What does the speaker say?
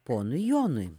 ponui jonui